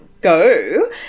go